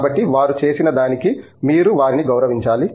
కాబట్టి వారు చేసిన దానికి మీరు వారిని గౌరవించాలి